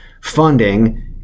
funding